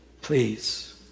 please